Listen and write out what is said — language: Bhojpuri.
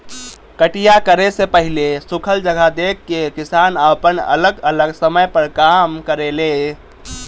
कटिया करे से पहिले सुखल जगह देख के किसान आपन अलग अलग समय पर काम करेले